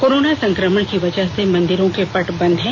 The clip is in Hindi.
कोरोना संकमण की वजह से मंदिरों के पट बंद हैं